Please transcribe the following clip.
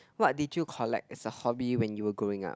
what did you collect as a hobby when you are growing up